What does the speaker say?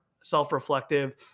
self-reflective